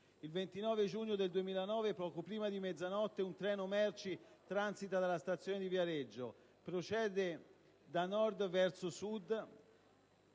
Il 29 giugno del 2009, poco prima di mezzanotte, un treno merci transita dalla stazione di Viareggio: procede da nord verso sud,